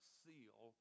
seal